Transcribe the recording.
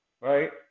right